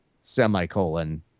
semicolon